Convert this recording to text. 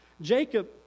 Jacob